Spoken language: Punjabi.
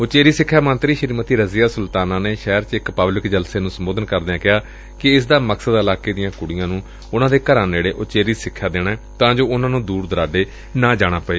ਉਚੇਰੀ ਸਿਖਿਆ ਮੰਤਰੀ ਸ੍ਰੀਮਤੀ ਰਜ਼ੀਆ ਸੁਲਤਾਨਾ ਨੇ ਸ਼ਹਿਰ ਚ ਇਕ ਪਬਲਿਕ ਜਲਸੇ ਨੂੰ ਸੰਬੋਧਨ ਕਰਦਿਆਂ ਕਿਹਾ ਕਿ ਇਸ ਦਾ ਮਕਸਦ ਇਲਾਕਾ ਦੀਆਂ ਕੁਤੀਆਂ ਨੂੰ ਉਨੂਾਂ ਦੇ ਘਰਾਂ ਨੇੜੇ ਉਚੇਰੀ ਸਿਖਿਆ ਦੇਣਾ ਏ ਤਾ ਜੋ ਉਨੁਾ ਨੂੰ ਦੂਰ ਦੁਰਾਡੇ ਨਾ ਜਾਣਾ ਪਾਏ